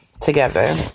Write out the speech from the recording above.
together